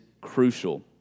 crucial